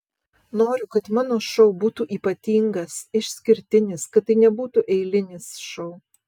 noriu kad mano šou būtų ypatingas išskirtinis kad tai nebūtų eilinis šou